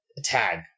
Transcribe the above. Tag